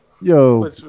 yo